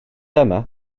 yma